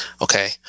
Okay